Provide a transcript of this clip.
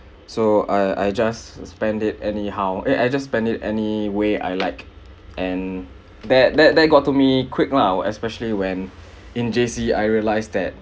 so I I just spend it anyhow eh I just spend it any way I like and that that got to me quick lah especially when in J_C I realise that